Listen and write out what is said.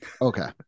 Okay